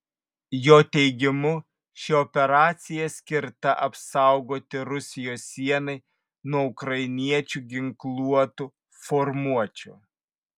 jo teigimu ši operacija skirta apsaugoti rusijos sienai nuo ukrainiečių ginkluotų formuočių